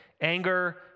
Anger